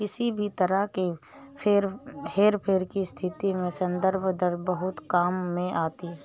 किसी भी तरह के हेरफेर की स्थिति में संदर्भ दर बहुत काम में आती है